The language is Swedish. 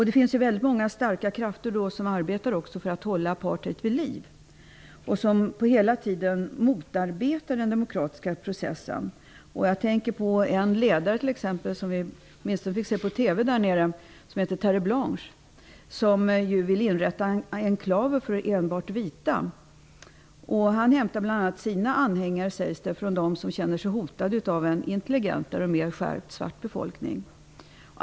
Det finns väldigt många starka krafter som arbetar för att hålla apartheid vid liv och som hela tiden motarbetar den demokratiska processen. Jag tänker på en ledare som vi fick se på TV där nere som heter Terre Blanche. Han vill inrätta enklaver för enbart vita. Det sägs att han hämtar sina anhängare från dem som känner sig hotade av en intelligentare och mer skärpt svart befolkning.